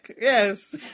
yes